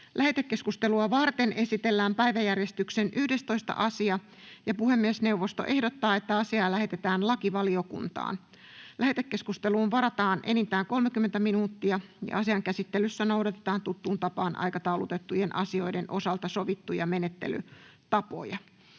Lähetekeskustelua varten esitellään päiväjärjestyksen 10. asia. Puhemiesneuvosto ehdottaa, että asia lähetetään ympäristövaliokuntaan. Lähetekeskusteluun varataan enintään 30 minuuttia. Asian käsittelyssä noudatetaan aikataulutettujen asioiden osalta sovittuja menettelytapoja.